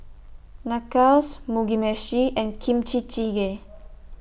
Nachos Mugi Meshi and Kimchi Jjigae